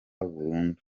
burundu